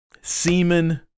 Semen